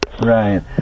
right